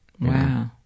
wow